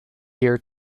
year